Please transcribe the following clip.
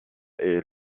est